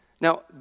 Now